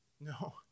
no